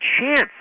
chance